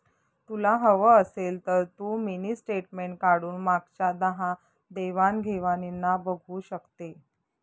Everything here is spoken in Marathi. तुला हवं असेल तर तू मिनी स्टेटमेंट काढून मागच्या दहा देवाण घेवाणीना बघू शकते